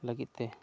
ᱞᱟᱹᱜᱤᱫ ᱛᱮ